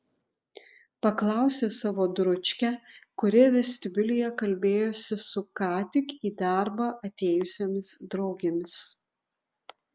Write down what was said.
paklausė savo dručkę kuri vestibiulyje kalbėjosi su ką tik į darbą atėjusiomis draugėmis